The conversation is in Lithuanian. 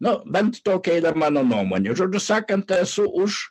nu bent tokia yra mano nuomonė žodžiu sakant esu už